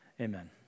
amen